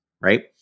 right